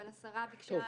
אבל השרה ביקשה